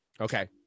Okay